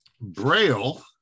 Braille